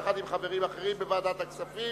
יחד עם חברים אחרים בוועדת הכספים.